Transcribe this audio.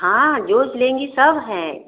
हाँ जो लेंगी सब हैं